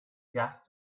just